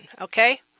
Okay